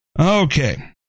Okay